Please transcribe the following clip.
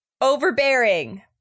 overbearing